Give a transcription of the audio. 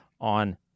on